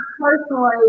personally